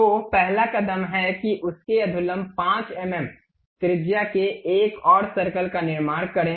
तो पहला कदम है कि उसके अधोलंब 5 एमएम त्रिज्या के एक और सर्कल का निर्माण करें